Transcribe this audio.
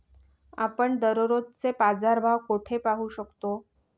आपण दररोजचे बाजारभाव कोठे पाहू शकतो?